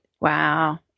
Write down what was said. Wow